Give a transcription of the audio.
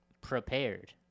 prepared